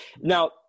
Now